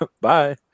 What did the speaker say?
Bye